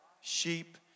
sheep